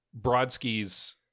Brodsky's